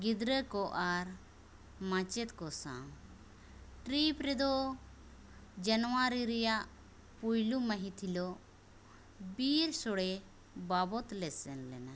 ᱜᱤᱫᱽᱨᱟᱹᱠᱚ ᱟᱨ ᱢᱟᱪᱮᱫᱠᱚ ᱥᱟᱶ ᱴᱨᱤᱯ ᱨᱮᱫᱚ ᱡᱟᱱᱩᱣᱟᱨᱤ ᱨᱮᱭᱟᱜ ᱯᱩᱭᱞᱩ ᱢᱟᱦᱤᱛ ᱦᱤᱞᱳᱜ ᱵᱤᱨᱥᱳᱲᱮ ᱵᱟᱵᱚᱫᱽᱞᱮ ᱥᱮᱱᱞᱮᱱᱟ